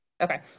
Okay